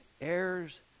heirs